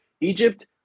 Egypt